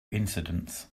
incidents